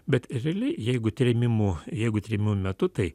bet realiai jeigu trėmimų jeigu trėmimų metu tai